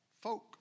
folk